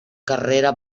carrera